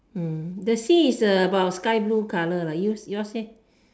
mm the sea is about sky blue colour lah yours leh